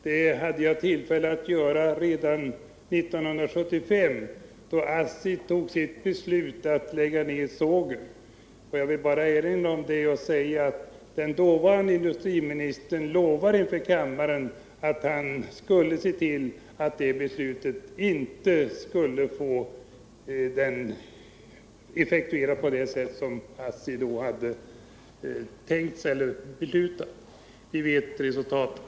Detta hade jag tillfälle att göra redan 1975 då ASSI tog sitt beslut att lägga ned sågen. Jag ville bara erinra om detta och säga att den dåvarande industriministern inför kammaren lovade att han skulle se till att det beslutet inte skulle få effektueras på det sätt som ASSI hade tänkt sig. Vi vet resultatet.